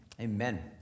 amen